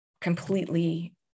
completely